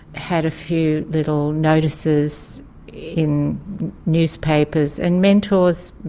had a few little notices in newspapers and mentors,